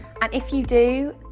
and if you do,